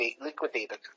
liquidated